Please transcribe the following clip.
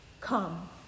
come